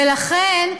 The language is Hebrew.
ולכן,